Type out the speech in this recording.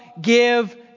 give